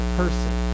person